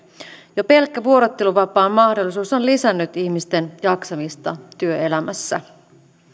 jo pelkkä vuorotteluvapaan mahdollisuus on lisännyt ihmisten jaksamista työelämässä